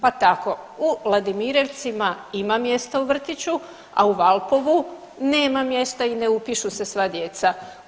Pa tako u Vladimirevcima ima mjesta u vrtiću, a u Valpovu nema mjesta i ne upišu se sva djeca.